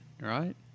right